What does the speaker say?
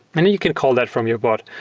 and you can call that from your bot.